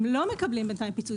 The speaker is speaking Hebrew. הם לא מקבלים בינתיים פיצוי.